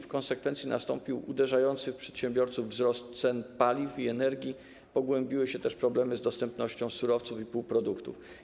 W konsekwencji nastąpił uderzający w przedsiębiorców wzrost cen paliw i energii, pogłębiły się też problemy z dostępnością surowców i półproduktów.